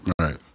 right